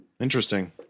Interesting